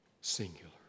Singular